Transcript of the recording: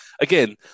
again